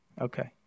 Okay